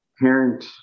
parent